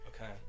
Okay